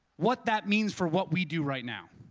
what that means for what we do right now,